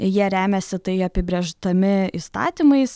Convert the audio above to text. jie remiasi tai apibrėždami įstatymais